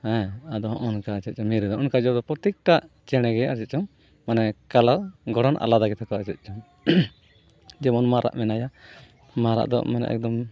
ᱦᱮᱸ ᱟᱫᱚ ᱦᱚᱜᱼᱚᱱᱠᱟ ᱪᱮᱫ ᱪᱚᱝ ᱢᱤᱨᱩ ᱫᱚ ᱱᱚᱜ ᱚᱱᱠᱟ ᱡᱮ ᱯᱨᱚᱛᱛᱮᱠᱴᱟ ᱪᱮᱬᱮ ᱜᱮ ᱟᱨᱪᱮᱫ ᱪᱚᱝ ᱢᱟᱱᱮ ᱠᱟᱞᱟᱨ ᱜᱚᱲᱦᱚᱱ ᱟᱞᱟᱫᱟ ᱜᱮᱛᱟ ᱠᱚᱣᱟ ᱟᱨ ᱪᱮᱫ ᱪᱚᱝ ᱡᱮᱢᱚᱱ ᱢᱟᱨᱟᱜ ᱢᱮᱱᱟᱭᱟ ᱢᱟᱨᱟᱜ ᱫᱚ ᱢᱟᱱᱮ ᱮᱠᱫᱚᱢ